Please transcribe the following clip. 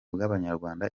bw’abanyarwanda